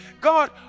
God